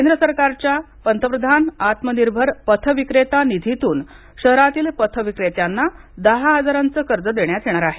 केंद्र सरकारच्या पंतप्रधान आत्मनिर्भर पथविक्रेता निधीतून शहरातील पथविक्रेत्यांना दहा हजारांचं कर्ज देण्यात येणार आहे